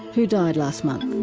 who died last month.